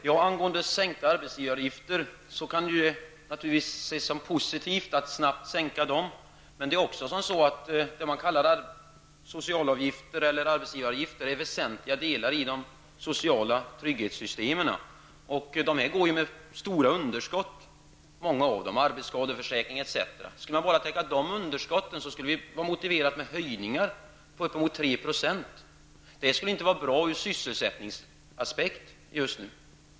Herr talman! När det gäller arbetsgivaravgifterna kan det naturligtvis ses som positivt att snabbt sänka dem. Men det är också så, att arbetsgivaravgifter är väsentliga delar i de sociala trygghetssystemen. Många av dessa system går ju med stora underskott -- arbetsskadeförsäkringen etc. Skulle man bara täcka de underskotten, så skulle det vara motiverat med höjningar på uppemot 3 %. Det skulle inte vara bra från sysselsättningsaspekt just nu.